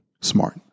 smart